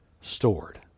stored